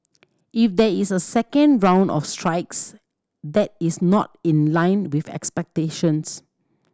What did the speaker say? if there is a second round of strikes that is not in line with expectations